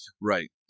Right